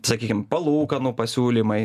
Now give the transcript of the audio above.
sakykim palūkanų pasiūlymai